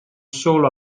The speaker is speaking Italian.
solo